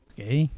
Okay